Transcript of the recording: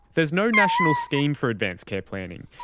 there's no national scheme for advance care planning,